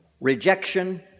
rejection